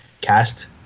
cast